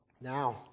Now